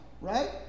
right